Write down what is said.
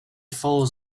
follows